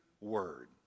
word